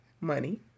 money